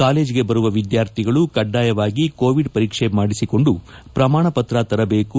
ಕಾಲೇಜಿಗೆ ಬರುವ ವಿದ್ಯಾರ್ಥಿಗಳು ಕಡ್ಡಾಯವಾಗಿ ಕೋವಿಡ್ ಪರೀಕ್ಷೆ ಮಾಡಿಸಿಕೊಂಡು ಪ್ರಮಾಣಪತ್ರ ತರಬೇಕು